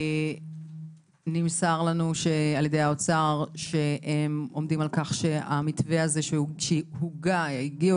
ונמסר לנו על ידי האוצר שאת המתווה שהם הגיעו